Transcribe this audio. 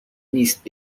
نیست